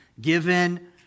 given